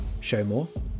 Showmore